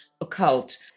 occult